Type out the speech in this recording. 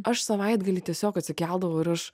aš savaitgalį tiesiog atsikeldavau ir aš